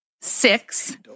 six